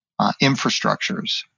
infrastructures